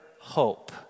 hope